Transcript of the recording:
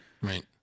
Right